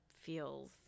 feels